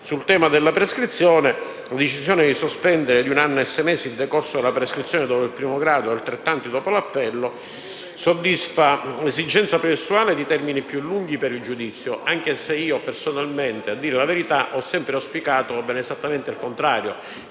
Sul tema della prescrizione la decisione di sospendere di un anno e sei mesi il decorso della prescrizione dopo il primo grado e altrettanto dopo l'appello soddisfa l'esigenza processuale di termini più lunghi per il giudizio, anche se personalmente, a dire la verità, ho sempre auspicato esattamente il contrario,